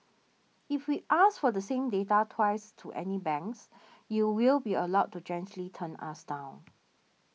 if we ask for the same data twice to any banks you will be allowed to gently turn us down